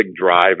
drive